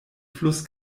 fluss